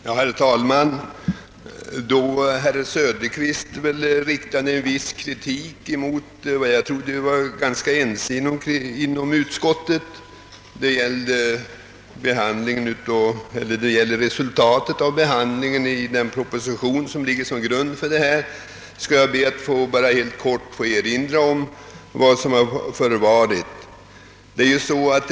Herr talman! Då herr Söderström riktade en viss kritik mot något som jag trodde att vi var ganska ense om — det gällde resultatet av behandlingen av den proposition som ligger till grund för detta betänkande — skall jag be att bara helt kort få erinra om vad som förevarit.